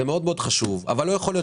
זה מאוד מאוד חשוב אבל לא יכול להיות